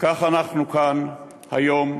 וכך אנחנו כאן היום,